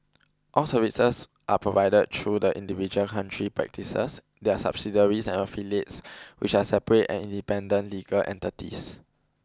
all services are provided through the individual country practices their subsidiaries and affiliates which are separate and independent legal entities